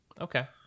okay